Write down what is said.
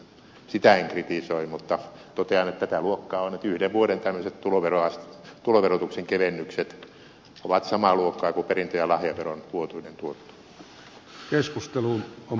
sitä en kritisoi mutta totean että yhden vuoden tämmöiset tuloverotuksen kevennykset ovat samaa luokkaa kuin perintö ja lahjaveron vuotuinen tuotto